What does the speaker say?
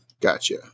Gotcha